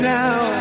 now